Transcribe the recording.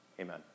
Amen